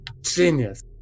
Genius